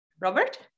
Robert